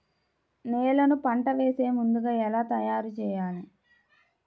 నేలను పంట వేసే ముందుగా ఎలా తయారుచేయాలి?